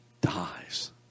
dies